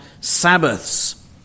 Sabbaths